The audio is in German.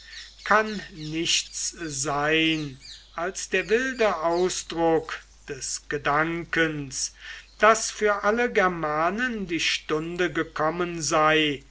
kann nichts sein als der wilde ausdruck des gedankens daß für alle germanen die stunde gekommen sei